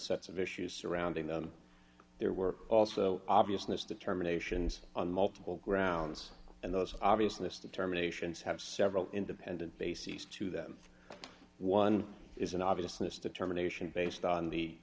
sets of issues surrounding them there were also obviousness determinations on multiple grounds and those obviousness determinations have several independent bases to them one is an obviousness determination based on the